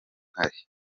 nkari